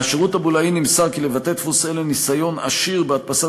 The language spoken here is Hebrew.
מהשירות הבולאי נמסר כי לבתי-דפוס אלה ניסיון עשיר בהדפסת